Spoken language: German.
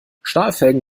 stahlfelgen